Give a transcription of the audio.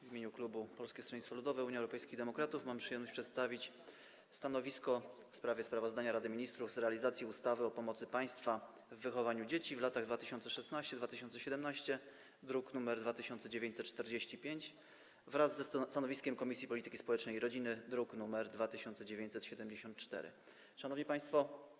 W imieniu klubu Polskiego Stronnictwa Ludowego - Unii Europejskich Demokratów mam przyjemność przedstawić stanowisko w sprawie sprawozdania Rady Ministrów z realizacji ustawy o pomocy państwa w wychowywaniu dzieci w latach 2016–2017, druk nr 2945, wraz ze stanowiskiem Komisji Polityki Społecznej i Rodziny, druk nr 2974. Szanowni Państwo!